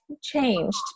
changed